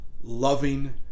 loving